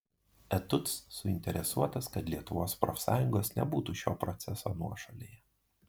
etuc suinteresuotas kad lietuvos profsąjungos nebūtų šio proceso nuošalėje